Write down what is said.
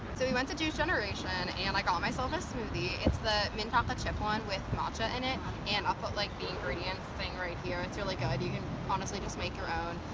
so we went to juice generation and i got myself a smoothie it's the mint chocolate chip one with matcha in it and i'll put like the ingredients thing right here. it's really good. you can honestly just make your own.